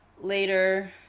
later